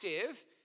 active